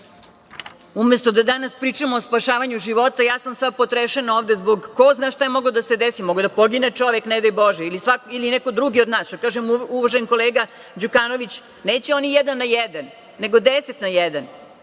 to. Umesto da danas pričamo o spašavanju života, ja sam sva potrešena ovde zbog… ko zna šta je moglo da se desi, mogao je da pogine čovek, ne daj Bože ili neko drugi od nas. Što kaže uvaženi kolega Đukanović, neće oni jedan na